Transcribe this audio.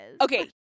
Okay